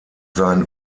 sein